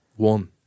One